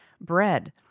bread